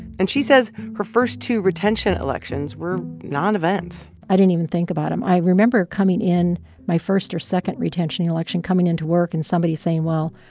and she says her first two retention elections were nonevents i didn't even think about them. i remember coming in my first or second retention election coming into work and somebody saying, well,